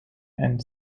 and